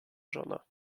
żona